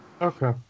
okay